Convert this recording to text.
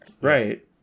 Right